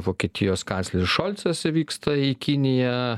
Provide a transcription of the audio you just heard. vokietijos kancleris šolcas vyksta į kiniją